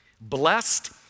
Blessed